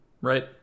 right